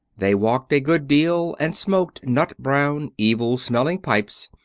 they walked a good deal, and smoked nut-brown, evil-smelling pipes,